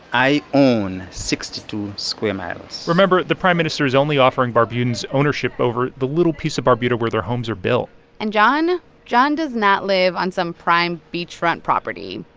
i own sixty two square miles remember the prime minister is only offering barbudans ownership over the little piece of barbuda where their homes are built and john john does not live on some prime beachfront property.